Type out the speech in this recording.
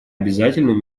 обязательным